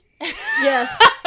Yes